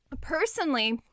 Personally